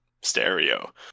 stereo